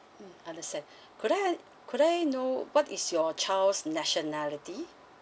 mm understand could I could I know what is your child's nationality